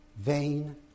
vain